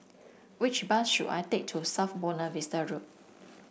which bus should I take to South Buona Vista Road